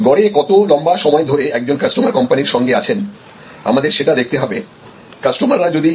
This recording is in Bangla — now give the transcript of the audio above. গড়ে কত লম্বা সময় ধরে একজন কাস্টোমার কোম্পানির সঙ্গে আছেন আমাদের সেটা দেখতে হবে